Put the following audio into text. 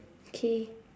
K